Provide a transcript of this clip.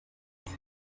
muri